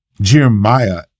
Jeremiah